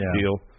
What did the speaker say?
deal